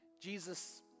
Jesus